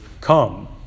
come